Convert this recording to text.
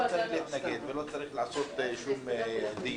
לא צריך להתנגד ולא צריך לעשות שום דיון,